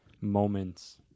moments